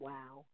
Wow